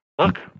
Look